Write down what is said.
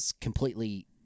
completely